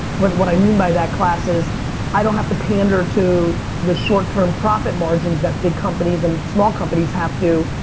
what what i mean by that, class, is i don't have to pay under to the short term profit margins that big companies and small companies have to